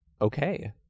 okay